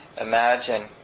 imagine